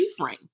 reframe